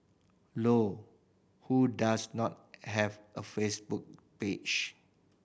low who does not have a Facebook page